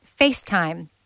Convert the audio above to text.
FaceTime